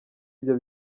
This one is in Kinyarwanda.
ibyo